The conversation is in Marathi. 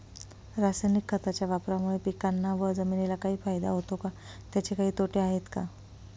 रासायनिक खताच्या वापरामुळे पिकांना व जमिनीला काही फायदा होतो का? त्याचे काही तोटे आहेत का?